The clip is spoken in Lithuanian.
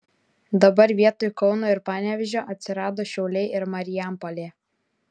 dabar vietoj kauno ir panevėžio atsirado šiauliai ir marijampolė